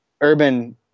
Urban